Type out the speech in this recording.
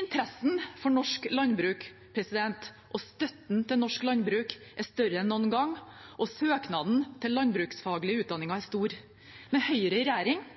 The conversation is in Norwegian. Interessen for norsk landbruk og støtten til norsk landbruk er større enn noen gang, og søknaden til landbruksfaglige utdanninger er stor. Med Høyre i regjering